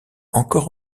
encore